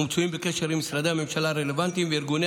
מצויים בקשר עם משרדי הממשלה הרלוונטיים וארגוני